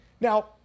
Now